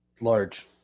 large